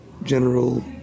General